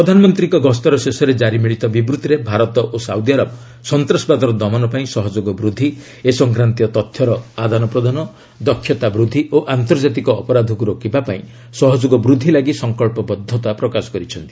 ପ୍ରଧାନମନ୍ତ୍ରୀଙ୍କ ଗସ୍ତର ଶେଷରେ କାରି ମିଳିତ ବିବୂଭିରେ ଭାରତ ଓ ସାଉଦି ଆରବ ସନ୍ତାସବାଦର ଦମନ ପାଇଁ ସହଯୋଗ ବୃଦ୍ଧି ଏ ସଂକ୍ରାନ୍ତୀୟ ତଥ୍ୟର ଆଦାନ ପ୍ରଦାନ ଦକ୍ଷତା ବୃଦ୍ଧି ଓ ଆନ୍ତର୍ଜାତିକ ଅପରାଧକୁ ରୋକିବାପାଇଁ ସହଯୋଗ ବୃଦ୍ଧି ଲାଗି ସଙ୍କଚ୍ଚବଦ୍ଧତା ପ୍ରକାଶ କରିଛନ୍ତି